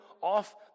off